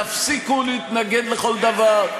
תפסיקו להתנגד לכל דבר.